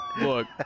Look